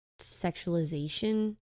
sexualization